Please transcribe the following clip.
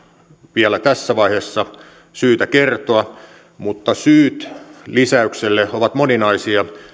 vielä tässä vaiheessa syytä kertoa mutta syyt lisäykselle ovat moninaisia